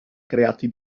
creati